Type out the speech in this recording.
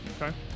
Okay